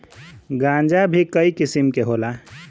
गांजा भीं कई किसिम के होला